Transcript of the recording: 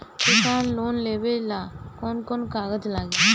किसान लोन लेबे ला कौन कौन कागज लागि?